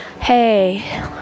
hey